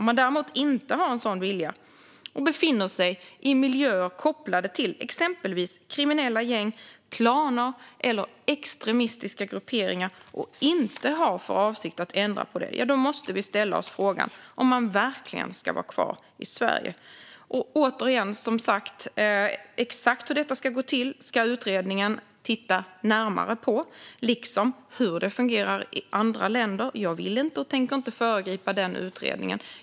Om någon däremot inte har en sådan vilja och befinner sig i miljöer kopplade till exempelvis kriminella gäng, klaner eller extremistiska grupperingar och inte har för avsikt att ändra på det måste vi ställa oss frågan om personen verkligen ska vara kvar i Sverige. Exakt hur detta ska gå till, liksom hur det fungerar i andra länder, ska utredningen titta närmare på. Jag vill inte, och tänker inte, föregripa utredningen.